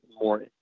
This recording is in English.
more